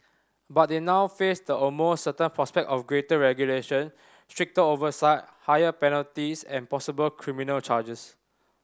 but they now face the almost certain prospect of greater regulation stricter oversight higher penalties and possible criminal charges